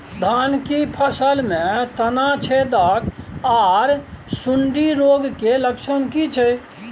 धान की फसल में तना छेदक आर सुंडी रोग के लक्षण की छै?